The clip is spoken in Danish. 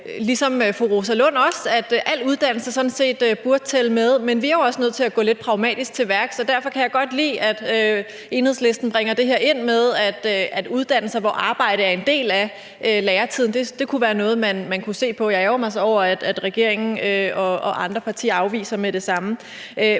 ligesom fru Rosa Lund, også, at al uddannelse sådan set burde tælle med, men vi er jo også nødt til at gå lidt pragmatisk til værks, og derfor kan jeg godt lide, at Enhedslisten bringer det her ind med, at uddannelser, hvor arbejde er en del af læretiden, kunne være noget, man kunne se på. Jeg ærgrer mig så over, at regeringen og andre partier er afvisende med det samme.